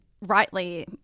Rightly